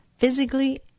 physically